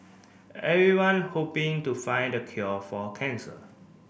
everyone hoping to find the cure for cancer